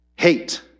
hate